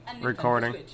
recording